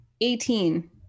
eighteen